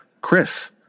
Chris